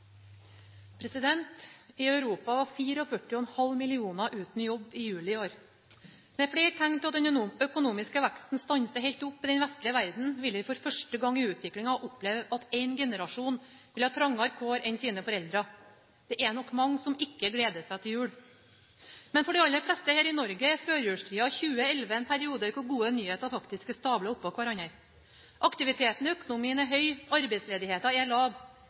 I Europa var 44,5 millioner uten jobb i juli i år. Med flere tegn til at den økonomiske veksten stanser helt opp i den vestlige verden, vil vi for første gang i utviklinga oppleve at en generasjon vil ha trangere kår enn sine foreldre. Det er nok mange som ikke gleder seg til jul. For de aller fleste her i Norge er førjulstida 2011 en periode hvor gode nyheter faktisk er stablet oppå hverandre: Aktiviteten i økonomien er høg, og arbeidsledigheten er lav.